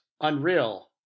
unreal